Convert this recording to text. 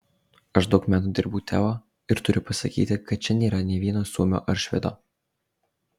aš daug metų dirbu teo ir turiu pasakyti kad čia nėra nė vieno suomio ar švedo